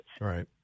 Right